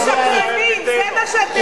צבועים ושקרנים, זה מה שאתם.